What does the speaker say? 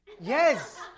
Yes